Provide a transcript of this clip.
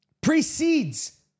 precedes